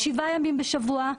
שבעה ימים בשבוע,